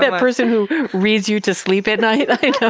but person who reads you to sleep at night. i know,